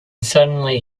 suddenly